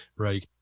right.